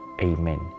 Amen